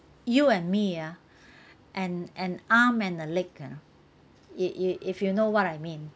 you and me ah an an arm and a leg ah i~ i~ if you know what I mean